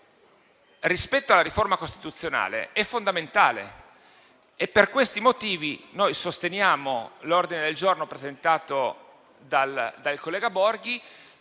alla riforma costituzionale è fondamentale. Per questi motivi noi sosteniamo l'ordine del giorno presentato dal collega Enrico